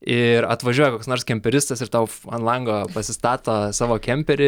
ir atvažiuoja koks nors kemperistas ir tau ant lango pasistato savo kemperį